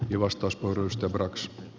arvoisa herra puhemies